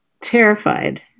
terrified